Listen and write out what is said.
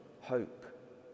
hope